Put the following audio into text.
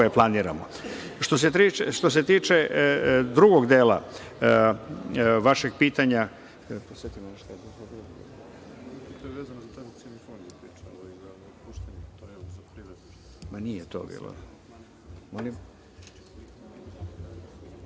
koje planiramo. Što se tiče drugog dela vašeg pitanja…podsetite